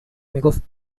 میگفت